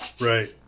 Right